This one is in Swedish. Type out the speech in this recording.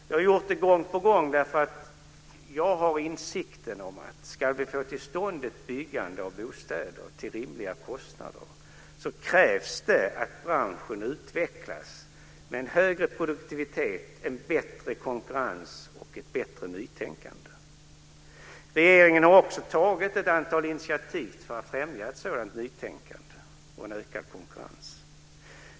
Jag har gjort detta gång på gång därför att jag har insikten om att om vi ska få till stånd ett byggande av bostäder till rimliga kostnader krävs det att branschen utvecklas med en högre produktivitet, en bättre konkurrens och ett bättre nytänkande. Regeringen har också tagit ett antal initiativ för att främja ett sådant nytänkande och en ökad konkurrens.